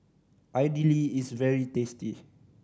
idili is very tasty